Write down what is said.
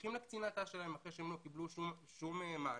הולכים לקצינת ת"ש שלהם אחרי שהם לא קיבלו שום מענה,